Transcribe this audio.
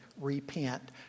repent